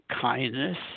kindness